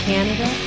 Canada